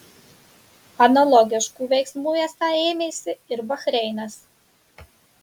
analogiškų veiksmų esą ėmėsi ir bahreinas